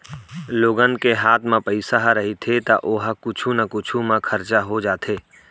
लोगन के हात म पइसा ह रहिथे त ओ ह कुछु न कुछु म खरचा हो जाथे